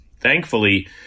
thankfully